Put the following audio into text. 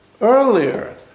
earlier